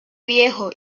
viejo